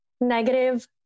negative